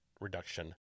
reduction